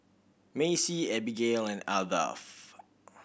Macey Abigayle and Ardath